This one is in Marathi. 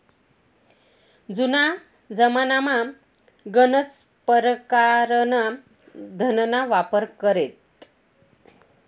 जुना जमानामा गनच परकारना धनना वापर करेत